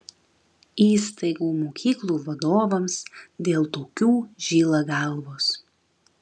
įstaigų mokyklų vadovams dėl tokių žyla galvos